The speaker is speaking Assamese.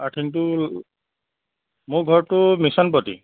আৰ্থিঙটো মোৰ ঘৰটো মিছন পট্টি